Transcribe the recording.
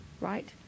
right